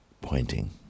pointing